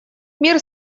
мир